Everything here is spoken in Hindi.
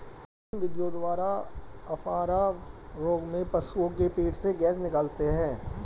किन विधियों द्वारा अफारा रोग में पशुओं के पेट से गैस निकालते हैं?